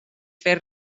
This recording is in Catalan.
fer